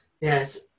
yes